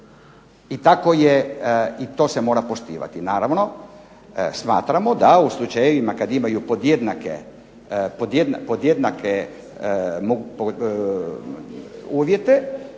I tako je i to se mora poštivati. Naravno, smatramo da u slučajevima kad imaju podjednake uvjete